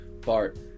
Bart